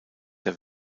der